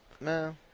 No